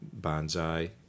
bonsai